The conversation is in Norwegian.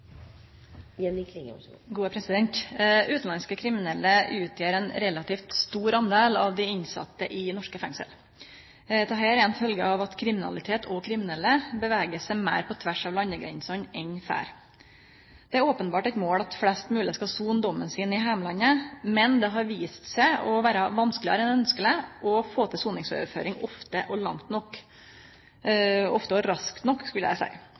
av at kriminalitet og kriminelle beveger seg meir på tvers av landegrensene enn før. Det er openbert eit mål at flest mogleg skal sone dommen sin i heimlandet, men det har vist seg å vere vanskelegare enn ønskjeleg å få til soningsoverføring ofte og raskt nok.